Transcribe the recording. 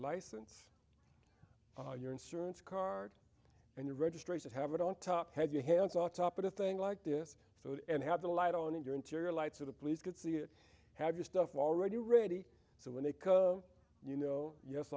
license your insurance card and your registration habit on top had your hands on top of the thing like this so and have the light on in your interior light so the police can see it have your stuff already ready so when they come you know yes